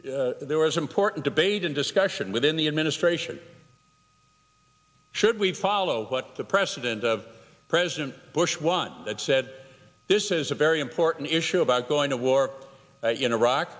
s there was important debate and discussion within the administration should we follow what the precedent of president bush one that said this is a very important issue about going to war in iraq